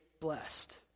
blessed